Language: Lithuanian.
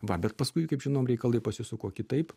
va bet paskui kaip žinom reikalai pasisuko kitaip